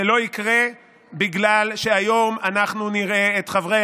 זה לא יקרה בגלל שהיום אנחנו נראה את חברי